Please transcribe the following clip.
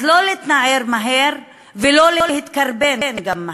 אז לא להתנער מהר, וגם לא להתקרבן מהר.